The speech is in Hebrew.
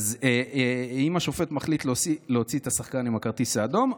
אז אם השופט מחליט להוציא את השחקן עם הכרטיס האדום,